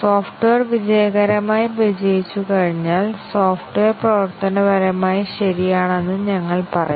software വിജയകരമായി വിജയിച്ചുകഴിഞ്ഞാൽ software പ്രവർത്തനപരമായി ശരിയാണെന്ന് ഞങ്ങൾ പറയും